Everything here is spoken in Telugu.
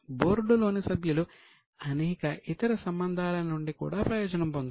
బోర్డు లోని సభ్యులు అనేక ఇతర సంబంధాల నుండి కూడా ప్రయోజనం పొందారు